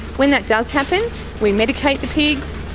when that does happen we medicate the pigs,